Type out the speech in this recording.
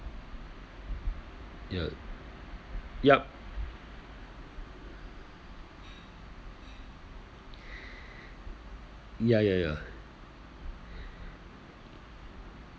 ya yup ya ya ya